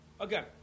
Okay